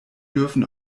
dürfen